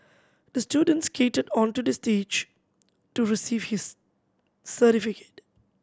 the student skated onto the stage to receive his certificate